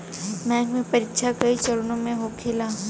bank के परीक्षा कई चरणों में होखेला